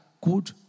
good